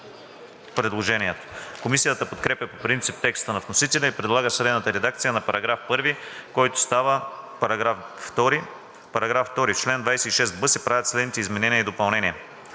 предложението. Комисията подкрепя по принцип текста на вносителя и предлага следната редакция на § 1, който става § 2: „§ 2. В чл. 26б се правят следните изменения и допълнения: